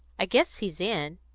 i guess he's in.